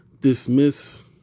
dismiss